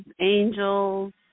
angels